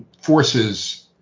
forces